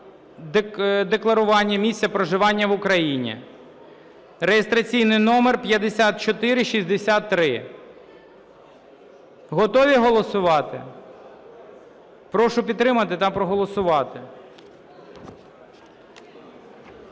декларування місця проживання в Україні (реєстраційний номер 5463). Готові голосувати? Прошу підтримати та проголосувати.